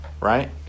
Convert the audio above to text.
right